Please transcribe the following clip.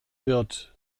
wird